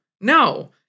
no